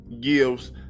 gives